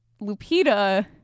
Lupita